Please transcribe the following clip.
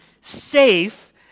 safe